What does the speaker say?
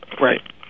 Right